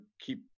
keep